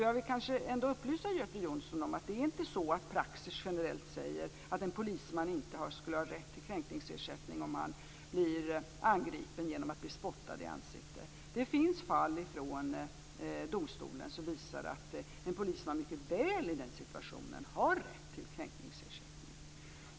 Jag vill kanske ändå upplysa Göte Jonsson om att det inte är så att praxis generellt säger att en polisman inte skulle ha rätt till kränkningsersättning om han blir angripen genom att bli spottad i ansiktet. Det finns fall från domstol som visar att en polisman mycket väl i den situationen kan ha rätt till kränkningsersättning.